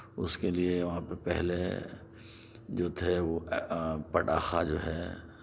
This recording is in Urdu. اس کے لئے وہاں پہ پہلے جو تھے وہ پٹاخہ جو ہے